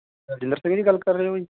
ਦਲਜਿੰਦਰ ਸਿੰਘ ਜੀ ਗੱਲ ਕਰ ਰਹੇ ਹੋ ਜੀ